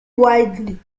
widely